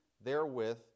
therewith